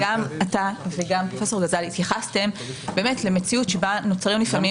גם אתה וגם פרופסור גזל התייחסתם למציאות בה נוצרים לפעמים...